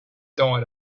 died